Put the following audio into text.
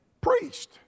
priest